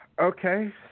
Okay